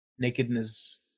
Nakedness